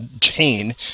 chain